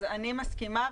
אני מסכימה,